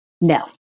no